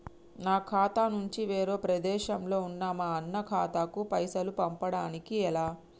నా ఖాతా నుంచి వేరొక ప్రదేశంలో ఉన్న మా అన్న ఖాతాకు పైసలు పంపడానికి ఎలా?